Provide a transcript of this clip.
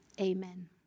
amen